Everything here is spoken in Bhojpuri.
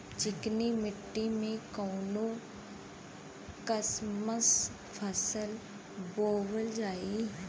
चिकनी मिट्टी में कऊन कसमक फसल बोवल जाई?